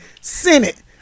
senate